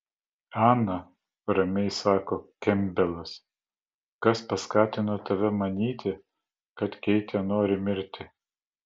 ana ramiai sako kempbelas kas paskatino tave manyti kad keitė nori mirti